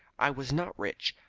i was not rich,